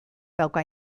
dauka